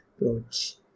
approach